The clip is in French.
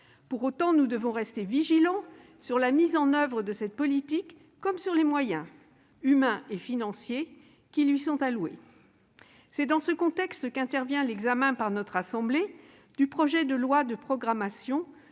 Pour autant, nous devons rester vigilants sur la mise en oeuvre de cette politique comme sur les moyens, humains et financiers, qui lui sont alloués. C'est dans ce contexte qu'intervient l'examen par notre assemblée du projet de loi de programmation